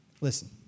Listen